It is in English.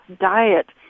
diet